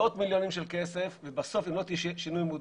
מאות מיליונים של כסף ובסוף אם לא יהיה שינוי מודעות.